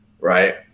Right